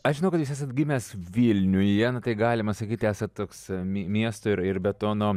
aš žinau kad jūs esat gimęs vilniuje nu tai galima sakyti esą toks miesto ir ir betono